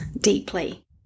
deeply